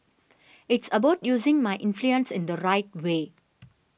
it's about using my influence in the right way